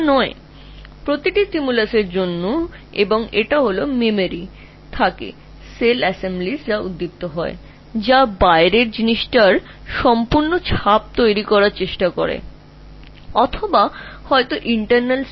প্রতিটি উদ্দীপনার জন্য এটি মেমরি এখানে সেল অ্যাসেমব্লিগুলি ফায়ার করবে যা বাহ্যিক জিনিসটির পুরো ছাপ তৈরি করার চেষ্টা করবে বা অভ্যন্তরীণ উদ্দীপনাও হতে পারে